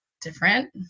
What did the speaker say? different